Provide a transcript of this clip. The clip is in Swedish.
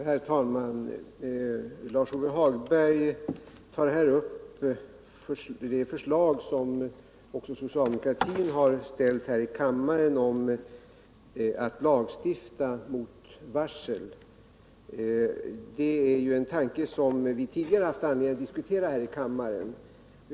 Herr talman! Lars-Ove Hagberg tar här upp de förslag som också socialdemokraterna har ställt här i kammaren om att lagstifta mot varsel och uppsägningar. Det är ju en tanke som vi tidigare haft anledning att diskutera här i kammaren.